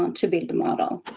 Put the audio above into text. um to build the model.